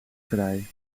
vrij